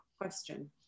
question